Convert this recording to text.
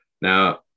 Now